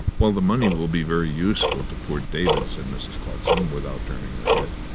well, the money will be very useful to poor david, said mrs. clutsam, without turning her head.